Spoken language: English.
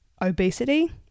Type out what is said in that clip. obesity